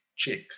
check